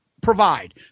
provide